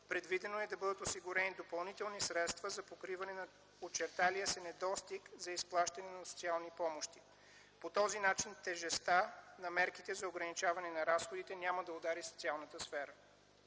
предвидено е да бъдат осигурени допълнителни средства за покриване на очерталия се недостиг за изплащане на социални помощи. По този начин тежестта на мерките за ограничаване на разходите няма да удари социалната сфера.